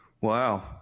Wow